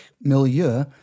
milieu